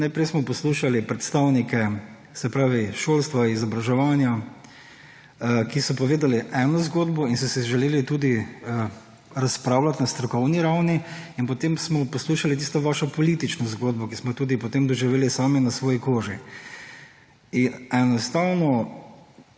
Najprej smo poslušali predstavnike, se pravi, šolstva, izobraževanja, ki so povedali eno zgodbo in so si želeli tudi razpravljat na strokovni ravni. In potem smo poslušali tisto vašo politično zgodbo, ki smo jo tudi potem doživeli sami na svoji koži. In enostavno,